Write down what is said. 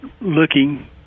looking